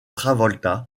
travolta